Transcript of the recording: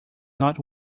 not